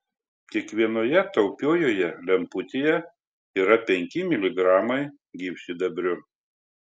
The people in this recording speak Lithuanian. kiekvienoje taupiojoje lemputėje yra penki miligramai gyvsidabrio